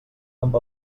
amb